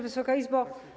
Wysoka Izbo!